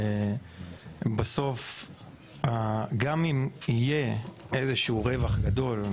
גם אם יהיה איזשהו רווח גדול,